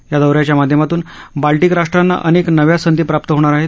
या दौऱ्याच्या माध्यमातून बाल्धीक राष्ट्रांना अनेक नव्या संधी प्राप्त होणार आहेत